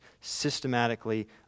systematically